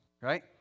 right